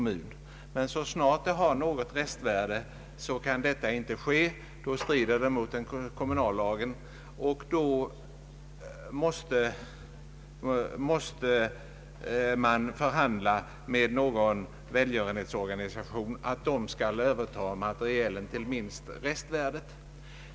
Men så snart utrustningen har något restvärde kan så inte ske; det skulle strida mot kommunallagarna. I sådana fall måste man förhandla med någon välgörenhetsorganisation, som kan överta utrustningen till minst restvärdet.